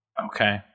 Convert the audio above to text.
Okay